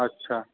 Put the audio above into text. अच्छा